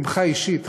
ממך אישית,